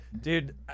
dude